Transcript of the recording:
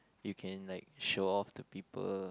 you can like show off to people